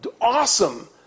awesome